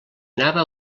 anava